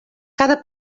cada